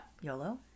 YOLO